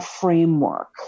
framework